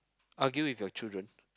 argue with your children